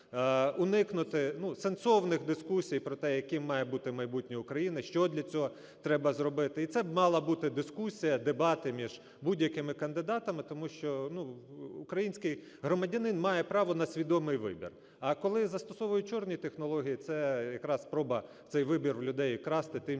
уникнути, ну, сенсовних дискусій про те, яким має бути майбутнє України, що для цього треба зробити. І це б мала бути дискусія, дебати між будь-якими кандидатами, тому що, ну, український громадянин має право на свідомий вибір. А коли застосовують "чорні" технології – це якраз спроба цей вибір у людей вкрасти тим